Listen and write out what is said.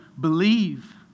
believe